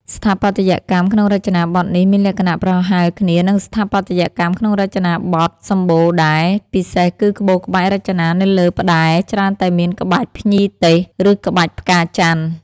ស្ថាបត្យកម្មក្នុងរចនាប័ទ្មនេះមានលក្ខណៈប្រហែលគ្នានឹងស្ថាបត្យកម្មក្នុងរចនាប័ទ្មសំបូរដែរ ពិសេសគឺក្បូរក្បាច់រចនានៅលើផ្ដែរច្រើនតែមានក្បាច់ភ្ញីទេស ឬក្បាច់ផ្កាចន្ទន៍។